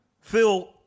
Phil